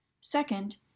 Second